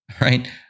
right